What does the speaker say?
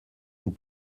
vous